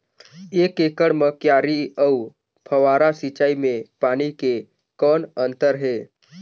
एक एकड़ म क्यारी अउ फव्वारा सिंचाई मे पानी के कौन अंतर हे?